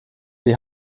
die